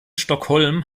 stockholm